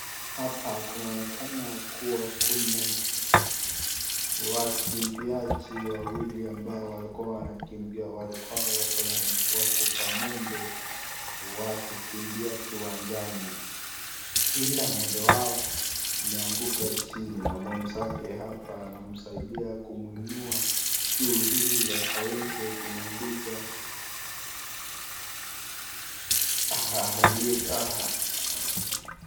Hapa kunaonekana kuwa kuna wakimbiaji wawili mbao walikuwa wanakimbia, walikuwa wako kwa mwendo wa kukimbia kiwanjani ila mmoja wao ameanguka chini na mwezake hapa anamsaidia kumwinua juu ili akaweza kumaliza.